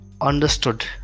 understood